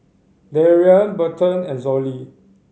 Darrian Berton and Zollie